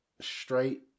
straight